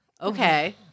Okay